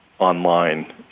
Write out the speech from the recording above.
Online